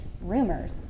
rumors